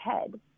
head